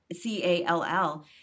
C-A-L-L